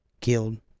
killed